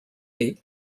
gate